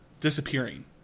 disappearing